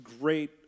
great